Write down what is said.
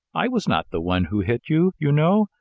i was not the one who hit you, you know.